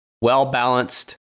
Well-balanced